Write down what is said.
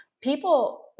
people